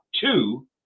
two